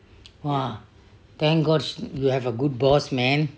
!wah! thank god you have a good boss man